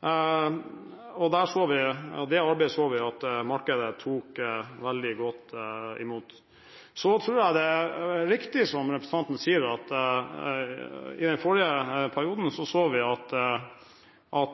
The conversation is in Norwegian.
Det arbeidet så vi at markedet tok veldig godt imot. Så tror jeg det er riktig som representanten Pollestad sier, at i den forrige perioden så vi at